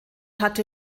hatte